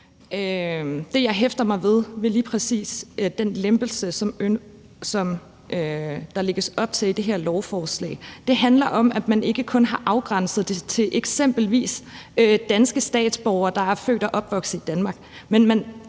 Det, jeg hæfter mig ved ved lige præcis den lempelse, som der lægges op til i det her lovforslag, handler om, at man ikke kun har afgrænset det til eksempelvis danske statsborgere, der er født og opvokset i Danmark,